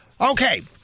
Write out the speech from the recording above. Okay